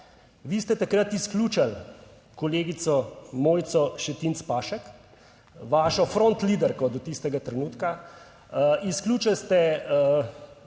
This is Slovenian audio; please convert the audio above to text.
Vi ste takrat izključili kolegico Mojco Šetinc Pašek, vašo "frontliderko" do tistega trenutka, izključili ste